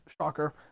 shocker